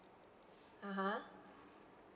(uh huh)